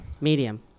Medium